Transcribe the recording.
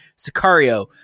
Sicario